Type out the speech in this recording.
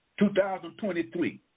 2023